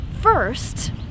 First